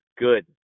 good